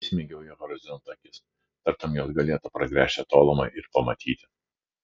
įsmeigiau į horizontą akis tartum jos galėtų pragręžti tolumą ir pamatyti